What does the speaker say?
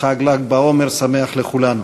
חג ל"ג בעומר שמח לכולנו.